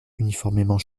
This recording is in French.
uniformément